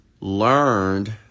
learned